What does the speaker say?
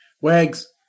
Wags